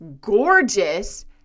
Gorgeous